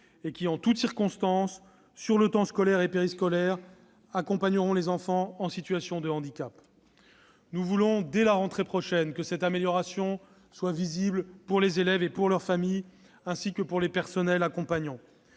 et qui, en toutes circonstances, sur le temps scolaire et périscolaire, accompagneront les enfants en situation de handicap. Nous voulons que, dès la rentrée prochaine, cette amélioration soit visible pour les élèves et leurs familles, ainsi que pour les personnels accompagnants.